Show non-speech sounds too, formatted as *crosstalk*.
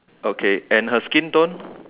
okay and her skin tone *breath*